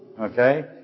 Okay